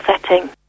setting